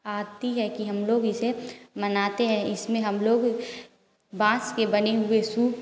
आती है कि हम लोग इसे मनाते हैं इसमें हम लोग बाँस के बने हुए सूप